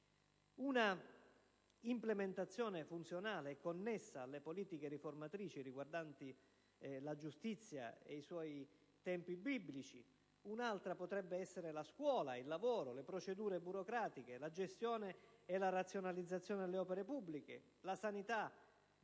Una implementazione funzionale è connessa alle politiche riformatrici riguardanti la giustizia e i suoi tempi biblici. Altre potrebbero essere la scuola, il lavoro, le procedure burocratiche, la gestione e la razionalizzazione delle opere pubbliche, la sanità, di cui